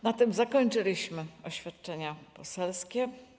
Na tym zakończyliśmy oświadczenia poselskie.